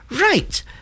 Right